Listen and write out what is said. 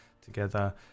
together